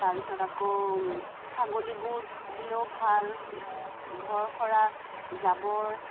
তাৰ পিছত আকৌ ছাগলী গু দিলেও ভাল ঘৰ সৰা জাবৰ